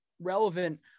relevant